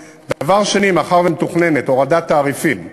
2. מאחר שמתוכננת הורדת תעריפים ב-2018,